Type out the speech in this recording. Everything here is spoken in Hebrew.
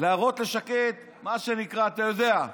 להראות לשקד, מה שנקרא, אתה יודע,